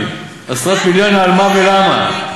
זה מעבר אקולוגי, שאין כמוהו בישראל.